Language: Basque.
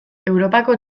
europako